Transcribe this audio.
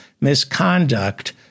misconduct